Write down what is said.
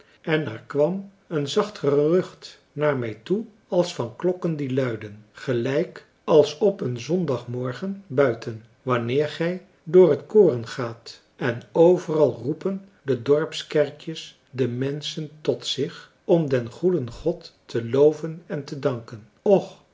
en er kwam een zacht gerucht naar mij toe als van klokken die luiden gelijk als op een zondagmorgen buiten wanneer gij door het koren gaat en overal roepen de dorpskerkjes de menschen tot zich om den goeden god te loven en te danken och